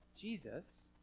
Jesus